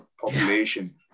population